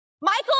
Michael